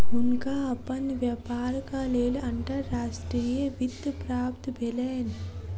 हुनका अपन व्यापारक लेल अंतर्राष्ट्रीय वित्त प्राप्त भेलैन